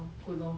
orh good lor